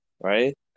right